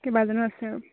কেইবাজনো আছে আৰু